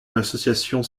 l’association